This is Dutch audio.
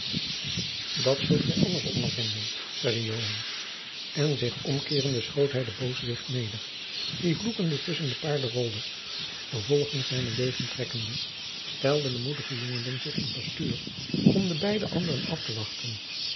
dat zult gij anders ondervinden zeide joan en zich omkeerende schoot hij den booswicht neder die vloekende tusschen de paarden rolde vervolgens zijnen degen trekkende stelde de moedige jongeling zich in postuur om de beide anderen af te wachten